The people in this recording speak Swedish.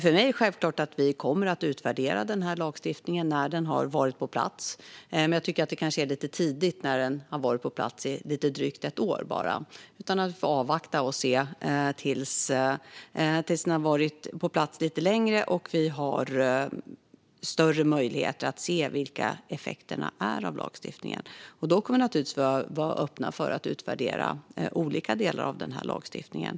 För mig är det självklart att vi kommer att utvärdera den här lagstiftningen när den har varit på plats ett tag, men jag tycker att det kanske är lite tidigt när den har varit på plats i bara lite drygt ett år. Vi ska i stället avvakta tills den har varit på plats lite längre och vi har större möjligheter att se vilka effekterna av lagstiftningen är. Då kommer vi naturligtvis att vara öppna för att utvärdera olika delar av den här lagstiftningen.